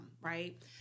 right